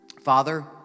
Father